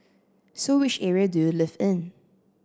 so which area do you live in